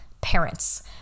parents